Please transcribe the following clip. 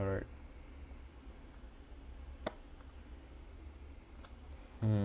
alright mm